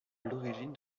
l’origine